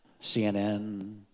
CNN